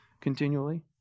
continually